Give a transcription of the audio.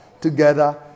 together